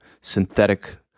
synthetic